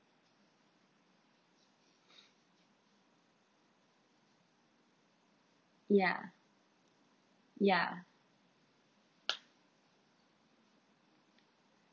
ya ya